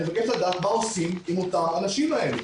אני מבקש לדעת מה עושים עם אותם האנשים האלה.